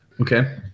Okay